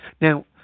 Now